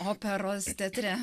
operos teatre